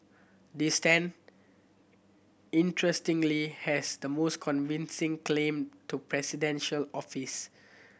this Tan interestingly has the most convincing claim to presidential office